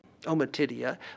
omatidia